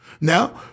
Now